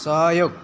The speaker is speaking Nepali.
सहयोग